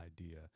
idea